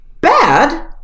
bad